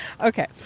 Okay